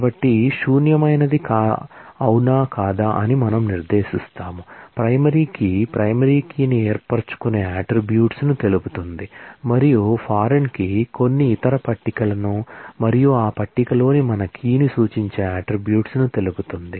కాబట్టి శూన్యమైనది కాదా అని మనము నిర్దేశిస్తాము ప్రైమరీ కీ ప్రైమరీ కీని ఏర్పరుచుకునే అట్ట్రిబ్యూట్స్ ను తెలుపుతుంది మరియు ఫారిన్ కీ కొన్ని ఇతర పట్టికలను మరియు ఆ పట్టికలోని మన కీని సూచించే అట్ట్రిబ్యూట్స్ ను తెలుపుతుంది